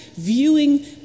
viewing